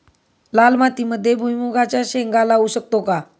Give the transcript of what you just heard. लाल मातीमध्ये भुईमुगाच्या शेंगा लावू शकतो का?